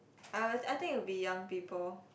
I will I think it will be young people